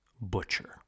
butcher